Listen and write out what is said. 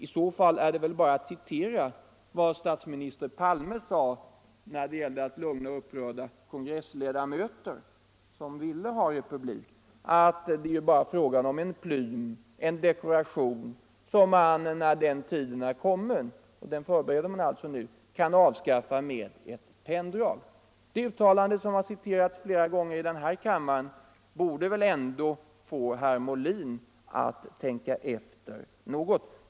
I så fall är det väl bara att citera — Kunglig i namnet på vad statsminister Palme sade när det gällde att lugna upprörda kon = statliga myndighegressledamöter som ville ha republik, att monarkin bara är en plym, = ter en dekoration, som man när tiden är kommen — och den förbereder man alltså nu — kan avskaffa med ett penndrag. Det uttalandet, som har citerats flera gånger i denna kammare, borde väl ändå få herr Molin att tänka efter något.